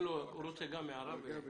להעיר הערה.